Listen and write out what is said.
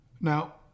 Now